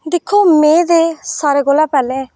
दिक्खो में ते सारें कोला पैह्लें